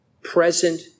present